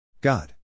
God